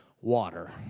water